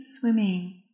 swimming